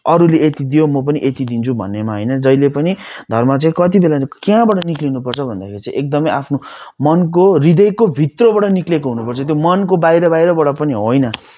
अरूले यति दियो म पनि यति दिन्छु भन्नेमा होइन जहिले पनि धर्म चाहिँ कति बेला कहाँबाट निस्कनु पर्छ भन्दाखेरि चाहिँ एकदमै आफ्नो मनको हृदयको भित्रबाट निस्केको हुनु पर्छ त्यो मनको बाहिर बाहिरबाट पनि होइन